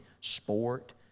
sport